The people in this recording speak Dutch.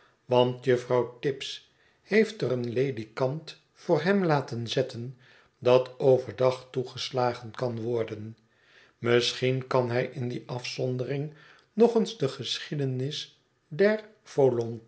want juffrouw tibbs heeft er een ledikant voor hem laten zetten dat over dag toegeslagen kan worden misschien kan hij in die afzondering nog eens de geschiedenis der